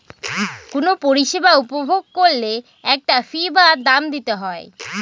কোনো পরিষেবা উপভোগ করলে একটা ফী বা দাম দিতে হয়